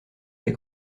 des